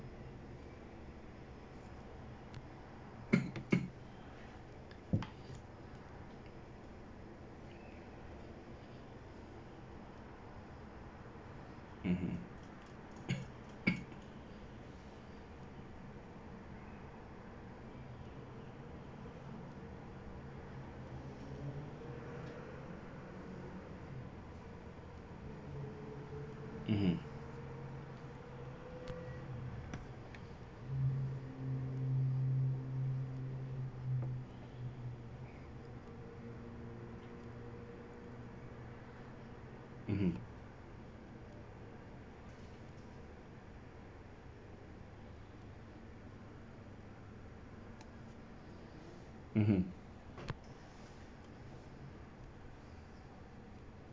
mmhmm mmhmm (uh huh) (uh huh)